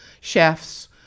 chefs